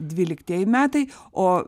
dvyliktieji metai o